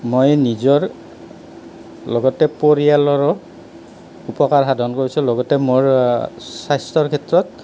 মই নিজৰ লগতে পৰিয়ালৰো উপকাৰ সাধন কৰিছোঁ লগতে মোৰ স্বাস্থ্যৰ ক্ষেত্ৰত